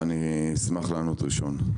אני אשמח לענות ראשון.